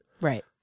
Right